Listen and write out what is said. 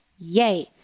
Yay